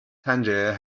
tangier